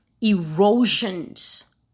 erosions